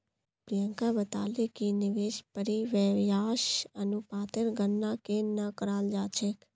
प्रियंका बताले कि निवेश परिव्यास अनुपातेर गणना केन न कराल जा छेक